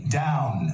down